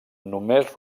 només